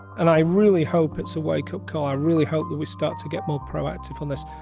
and i really hope it's a wakeup call. i really hope that we start to get more proactive on this.